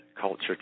culture